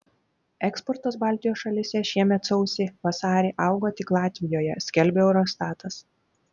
eksportas baltijos šalyse šiemet sausį vasarį augo tik latvijoje skelbia eurostatas